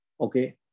okay